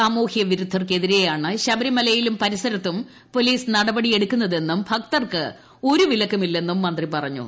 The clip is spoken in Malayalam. സാമൂഹ്യ വിരുദ്ധർക്കെതിരെയാണ് ശബരിമലയിലും പരിസരത്തും പോലീസ് നടപടി എടുക്കുന്നതെന്നും ഭക്തർക്ക് ഒരു വിലക്കുമില്ലെന്നും മന്ത്രി പറഞ്ഞു